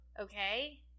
Okay